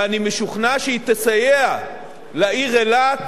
ואני משוכנע שהיא תסייע לעיר אילת